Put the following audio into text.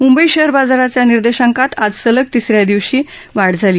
Mumbai share बाजाराचा निर्देशांकात आज सलग तिस या दिवशी वाढ झाली